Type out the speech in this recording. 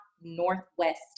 Northwest